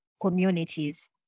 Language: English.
communities